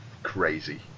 Crazy